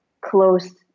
close